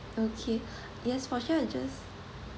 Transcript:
okay yes for sure I just